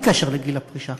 בלי קשר לגיל הפרישה.